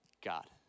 God